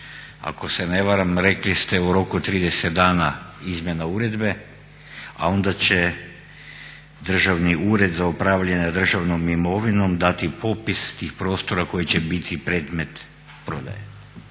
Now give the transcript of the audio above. Ako se ne varam rekli ste u roku 30 dana izmjena uredbe a onda će Državni ured za upravljanje državnom imovinom dati popis tih prostora koji će biti predmet prodaje.